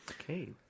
Okay